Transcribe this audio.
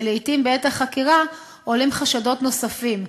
ולעתים בעת החקירה עולים חשדות נוספים,